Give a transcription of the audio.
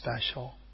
special